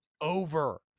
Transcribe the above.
over